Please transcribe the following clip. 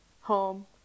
home